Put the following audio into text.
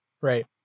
Right